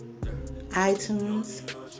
iTunes